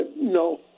No